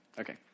okay